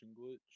glitch